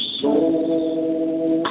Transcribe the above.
soul